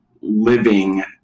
living